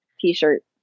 t-shirt